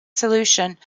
solution